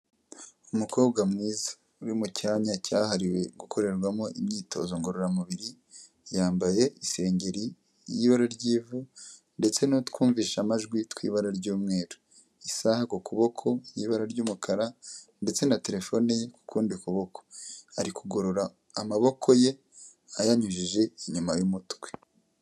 Umukobwa mwiza. Uri mu cyanya cyahariwe gukorerwamo imyitozo ngororamubiri, yambaye isengeri y'ibara ry'ivu ndetse n'utwumvisha amajwi tw'ibara ry'umweru. Isaha ku kuboko y'ibara ry'umukara ndetse na telefone ye ku kundi kuboko. Ari kugorora amaboko ye ayanyujije inyuma y'umutwe.